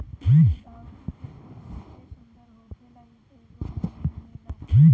गुलदाउदी के फूल बहुते सुंदर होखेला इ कइगो रंग में मिलेला